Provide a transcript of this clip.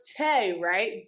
right